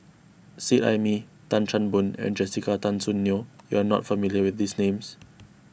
Seet Ai Mee Tan Chan Boon and Jessica Tan Soon Neo you are not familiar with these names